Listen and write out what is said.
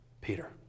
Peter